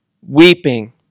weeping